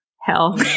hell